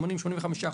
80%-85%,